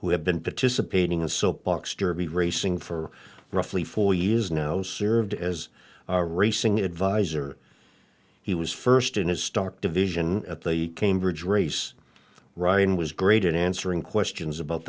who have been participating a soap box derby racing for roughly four years now seared as our racing advisor he was first in his stock division at the cambridge race ryan was great at answering questions about